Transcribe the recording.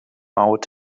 out